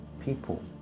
people